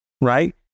right